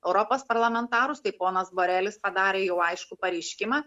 europos parlamentarus tai ponas borelis padarė jau aišku pareiškimą